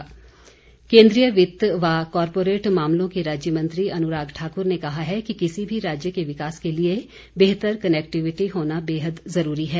अनुराग केन्द्रीय वित्त व कॉरपोरेट मामलों के राज्य मंत्री अनुराग ठाकुर ने कहा है कि किसी भी राज्य के विकास के लिए बेहतर कनेक्टिविटी होना बेहद ज़रूरी है